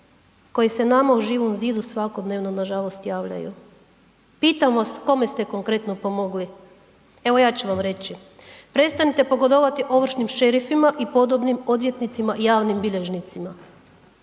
koji se nama u Živom zidu svakodnevno nažalost javljaju. Pitam vas kome ste konkretno pomogli? Evo ja ću vam reći, prestanite pogodovati ovršnim šerifima i podobnim odvjetnicima i javnim bilježnicima.